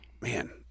man